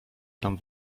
tam